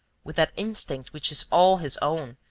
with that instinct which is all his own,